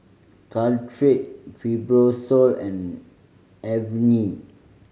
Caltrate Fibrosol and Avene